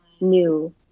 new